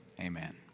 amen